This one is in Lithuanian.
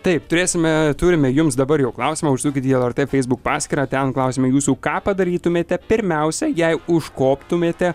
taip turėsime turime jums dabar jau klausimą užsukit į lrt facebook paskyrą ten klausiame jūsų ką padarytumėte pirmiausia jei užkoptumėte